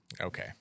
Okay